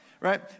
Right